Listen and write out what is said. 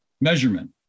measurement